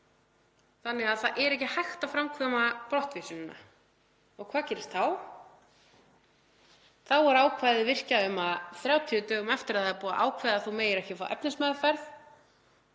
Þannig að það er ekki hægt að framkvæma brottvísunina. Og hvað gerist þá? Þá er ákvæðið virkjað um að 30 dögum eftir að það er búið að ákveða að þú megir ekki fá efnismeðferð